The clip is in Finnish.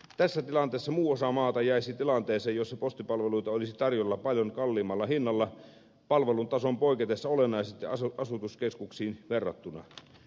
tässä tilanteessa muu osa maata jäisi tilanteeseen jossa postipalveluita olisi tarjolla paljon kalliimmalla hinnalla palvelun tason poiketessa olennaisesti asutuskeskuksiin verrattuna